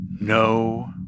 No